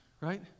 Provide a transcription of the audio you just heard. right